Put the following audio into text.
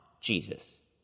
Jesus